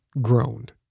groaned